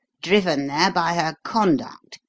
driven there by her conduct,